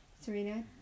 Serena